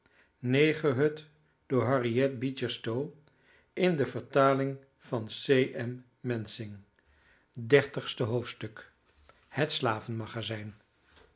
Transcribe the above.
bijeen had dertigste hoofdstuk het slavenmagazijn